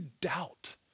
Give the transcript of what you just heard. doubt